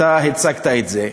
אתה הצגת את זה,